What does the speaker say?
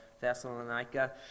Thessalonica